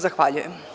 Zahvaljujem.